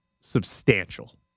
substantial